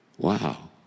Wow